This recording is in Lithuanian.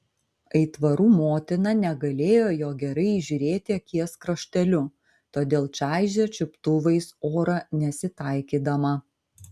aitvarų motina negalėjo jo gerai įžiūrėti akies krašteliu todėl čaižė čiuptuvais orą nesitaikydama